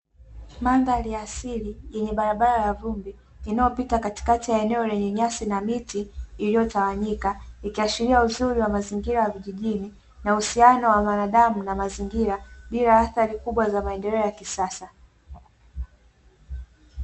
Mandhari ya asili, yenye barabara ya vumbi inayopita katikati ya eneo lenye nyasi na miti iliyotawanyika, likiashiria uzuri wa mazingira ya vijijini, na uhusiano wa mwanadamu na mazingira bila athari kubwa za maendeleo ya kisasa.